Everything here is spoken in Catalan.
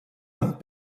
amb